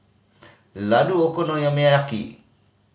Ladoo